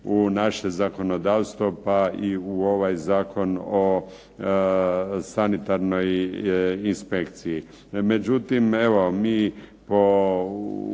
u naše zakonodavstvo, pa i u ovaj Zakon o sanitarnoj inspekciji. Međutim evo mi po